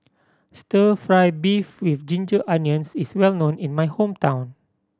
Stir Fry beef with ginger onions is well known in my hometown